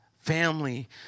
family